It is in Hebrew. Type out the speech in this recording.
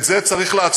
ולכן, את זה צריך לעצור.